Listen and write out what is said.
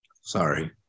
Sorry